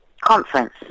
Conference